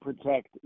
protect